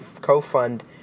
co-fund